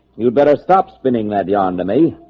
you'd better stop spinning that yarn to me.